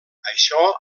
això